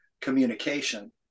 communication